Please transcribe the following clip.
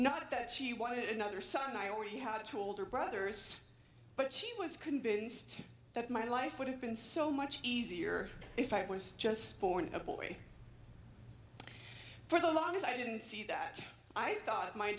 not that she wanted another son i already had two older brothers but she was convinced that my life would have been so much easier if i was just a boy for the long as i didn't see that i thought my